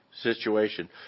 situation